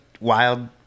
wild